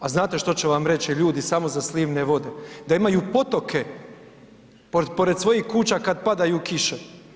A znate što će vam reći ljudi samo za slivne vode, da imaju potoke pored svojih kuća kada padaju kiše.